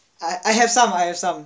I I have some I have some